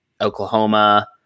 Oklahoma